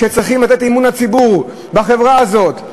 שצריכים לקבל את אמון הציבור בחברה הזאת.